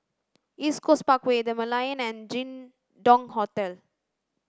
East Coast Parkway The Merlion and Jin Dong Hotel